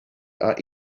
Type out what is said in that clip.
are